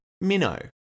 Minnow